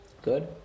Good